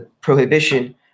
prohibition